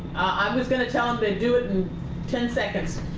i'm just going to tell him to do it in ten seconds.